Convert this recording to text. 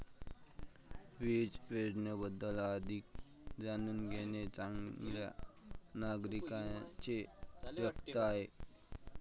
वित्त योजनेबद्दल अधिक जाणून घेणे चांगल्या नागरिकाचे कर्तव्य आहे